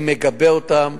אני מגבה אותם,